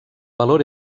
valor